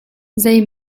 zei